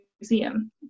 Museum